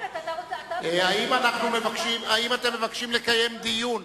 האם אתם מבקשים לקיים דיון?